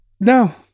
No